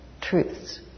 truths